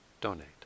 donate